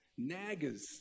Naggers